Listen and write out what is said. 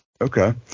okay